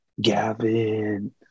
Gavin